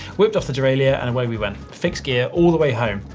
whipped off the derailleur, and away we went. fixed gear all the way home.